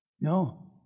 No